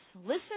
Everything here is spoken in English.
Listen